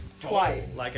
twice